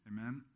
Amen